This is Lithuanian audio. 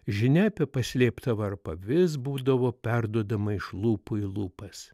žinia apie paslėptą varpą vis būdavo perduodama iš lūpų į lūpas